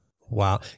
Wow